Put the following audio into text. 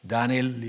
Daniel